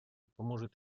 поможет